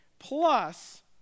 Plus